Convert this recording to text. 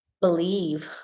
believe